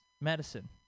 medicine